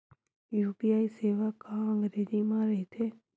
UPI सेवा का अंग्रेजी मा रहीथे?